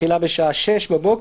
בשעה 06:00. (ב)